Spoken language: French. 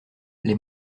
les